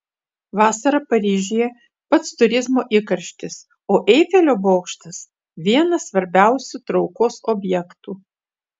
vasarą paryžiuje pats turizmo įkarštis o eifelio bokštas vienas svarbiausių traukos objektų